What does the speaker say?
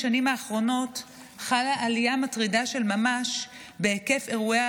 בשנים האחרונות חלה עלייה מטרידה ממש בהיקף אירועי